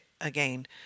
again